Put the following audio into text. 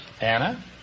Anna